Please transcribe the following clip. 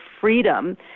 freedom